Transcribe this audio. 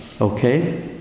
Okay